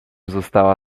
została